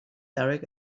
eric